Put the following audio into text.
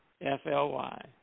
F-L-Y